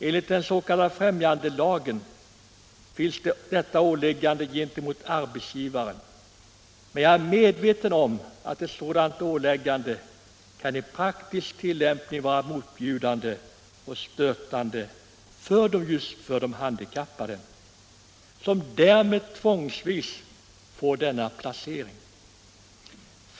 Enligt den s.k. främjandelagen finns detta åläggande gentemot arbetsgivare, men jag är medveten om att ett sådant åläggande i praktisk tillämpning kan vara motbjudande och stötande för just de handikappade som därmed tvångsvis får placering.